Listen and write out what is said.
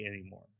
anymore